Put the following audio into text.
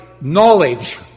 knowledge